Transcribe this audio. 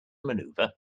maneuver